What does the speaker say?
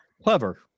Clever